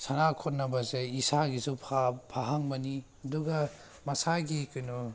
ꯁꯥꯟꯅ ꯈꯣꯠꯅꯕꯁꯦ ꯏꯁꯥꯒꯤꯖꯁꯨ ꯐꯍꯟꯕꯅꯤ ꯑꯗꯨꯒ ꯃꯁꯥꯒꯤ ꯀꯩꯅꯣ